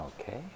okay